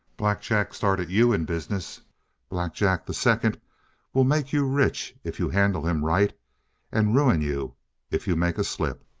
black jack started you in business black jack the second will make you rich if you handle him right and ruin you if you make a slip.